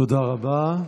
תודה רבה.